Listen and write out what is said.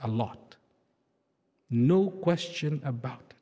a lot no question about